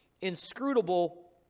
inscrutable